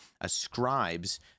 ascribes